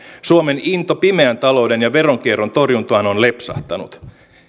suomen into pimeän talouden ja veronkierron torjuntaan on lepsahtanut